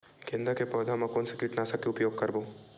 गेंदा के पौधा म कोन से कीटनाशक के उपयोग करबो?